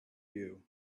you